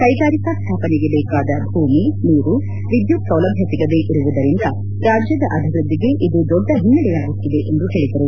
ಕೈಗಾರಿಕಾ ಸ್ಥಾಪನೆಗೆ ಬೇಕಾದ ಭೂಮಿ ನೀರು ವಿದ್ಯುತ್ ಸೌಲಭ್ಯ ಸಿಗದೆ ಇರುವುದರಿಂದ ರಾಜ್ಯದ ಅಭಿವೃದ್ಧಿಗೆ ಇದು ದೊಡ್ಡ ಹಿನ್ನೆಡೆಯಾಗುತ್ತಿದೆ ಎಂದು ಹೇಳಿದರು